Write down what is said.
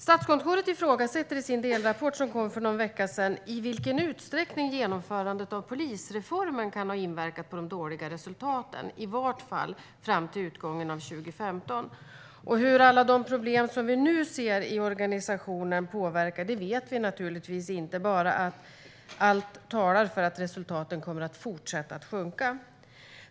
Statskontoret ifrågasätter i sin delrapport som kom för någon vecka sedan i vilken utsträckning genomförandet av polisreformen kan ha inverkat på de dåliga resultaten, i vart fall fram till utgången av 2015. Hur alla de problem vi nu ser i organisationen påverkar vet vi naturligtvis inte. Vi vet bara att allt talar för att resultaten kommer att fortsätta att sjunka.